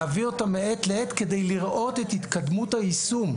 להביא אותם מעת לעת כדי לראות את התקדמות היישום.